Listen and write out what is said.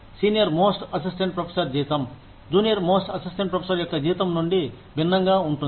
senior most assistant professor జీతం junior most assistant professor యొక్క జీతం నుండి భిన్నంగా ఉంటుంది